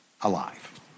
alive